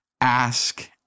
Ask